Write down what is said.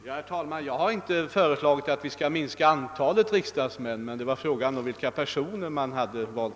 Herr talman! Jag har inte föreslagit att vi skall minska antalet riksdagsledamöter; frågan gällde vilka personer man har valt.